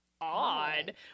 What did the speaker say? odd